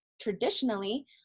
traditionally